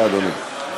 בבקשה, אדוני.